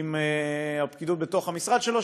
עם הפקידות בתוך המשרד שלו,